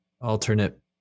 alternate